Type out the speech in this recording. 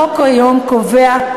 החוק כיום קובע,